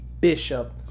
Bishop